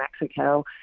Mexico